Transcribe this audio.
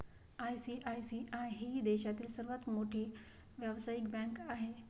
ICICI ही देशातील सर्वात मोठी व्यावसायिक बँक आहे